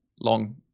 long